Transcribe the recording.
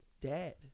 dead